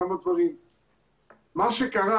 מה שקרה,